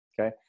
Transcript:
Okay